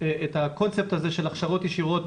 את הקונספט הזה של הכשרות ישירות